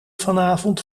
vanavond